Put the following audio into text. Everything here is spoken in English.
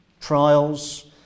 trials